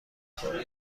خورم